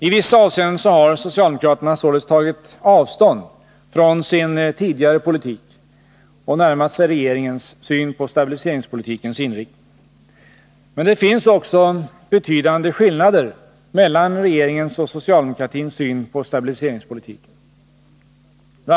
I vissa avseenden har socialdemokraterna således tagit avstånd från sin tidigare politik och närmat sig regeringens syn på stabiliseringspolitikens inriktning. Men det finns också betydande skillnader mellan regeringens och socialdemokratins syn på stabiliseringspolitiken. Bl.